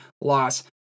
loss